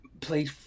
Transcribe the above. played